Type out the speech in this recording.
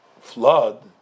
flood